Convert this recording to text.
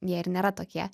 jie ir nėra tokie